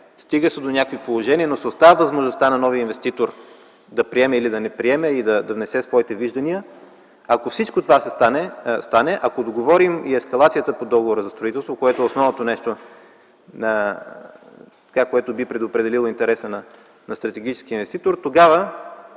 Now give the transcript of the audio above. стига се до някакво положение, оставя се възможността на новия инвеститор да приеме или не приеме, да внесе своите виждания, ако всичко това стане, ако договорим и ескалацията по договора за строителство – основното нещо, което би предопределило интереса на стратегическия инвеститор, тогава